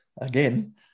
again